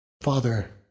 Father